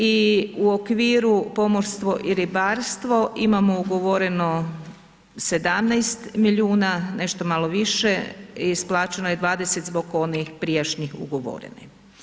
I u okviru pomorstvo i ribarstvo imamo ugovoreno 17 milijuna, nešto malo više, isplaćeno je 20 zbog onih prijašnjih ugovorenih.